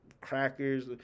crackers